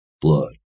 blood